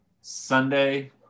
Sunday